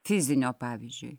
fizinio pavyzdžiui